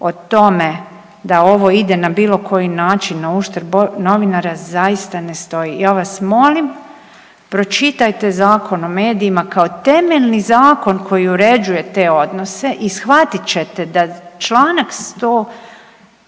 o tome da ovo ide na bilo koji način na uštrb novinara zaista ne stoji. Ja vas molim pročitajte Zakon o medijima kao temeljni zakon koji uređuje te odnose i shvatit ćete da članak 100.